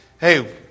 Hey